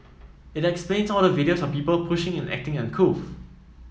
it explains all the videos of people pushing and acting uncouth